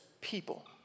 People